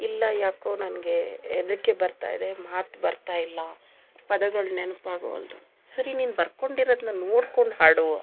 ಇಲ್ಲ ಯಾಕೋ ನನಗೆ ಹೆದ್ರಿಕೆ ಬರ್ತಾಯಿದೆ ಮಾತು ಬರ್ತಾಯಿಲ್ಲ ಪದಗಳು ನೆನ್ಪು ಆಗೋವಲ್ಲದು ಸರಿ ನೀನು ಬರ್ಕೊಂಡಿರೋದನ್ನ ನೋಡ್ಕೊಂಡು ಹಾಡು ಅಂತಂದರು